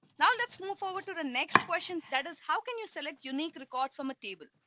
now, let's move forward to the next question. that is how can you select unique records from a table?